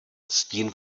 stín